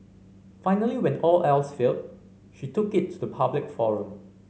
finally when all else failed she took it to the public forum